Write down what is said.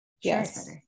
Yes